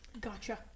gotcha